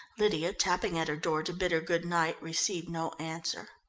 lydia tapping at her door to bid her good night received no answer.